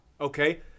okay